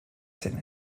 zena